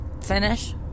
finish